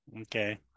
Okay